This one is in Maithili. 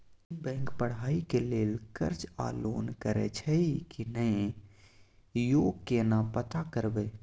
ई बैंक पढ़ाई के लेल कर्ज आ लोन करैछई की नय, यो केना पता करबै?